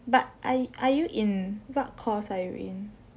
but are are you in what course are you in